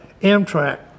Amtrak